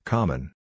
Common